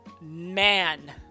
Man